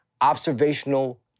Observational